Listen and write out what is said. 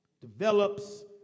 develops